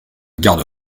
garde